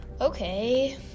Okay